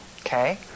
okay